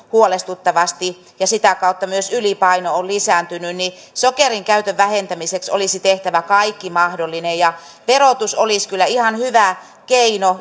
huolestuttavasti ja sitä kautta myös ylipainon lisääntyneen niin sokerinkäytön vähentämiseksi olisi tehtävä kaikki mahdollinen ja verotus olisi kyllä yksi ihan hyvä